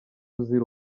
uzira